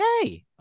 Okay